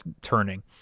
turning